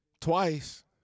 twice